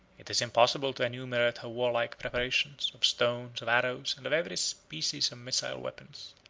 it is impossible to enumerate her warlike preparations, of stones, of arrows, and of every species of missile weapons.